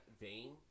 vein